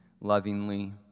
lovingly